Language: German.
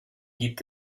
gibt